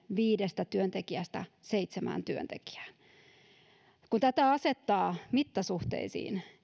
viidestä työntekijästä seitsemään työntekijään kymmentä asiakasta kohden kun tätä asettaa mittasuhteisiin